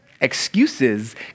Excuses